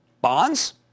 Bonds